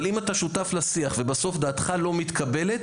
אבל אם אתה שותף לשיח ובסוף דעתך לא מתקבלת